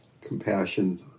Compassion